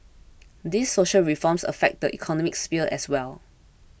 these social reforms affect the economic sphere as well